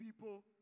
people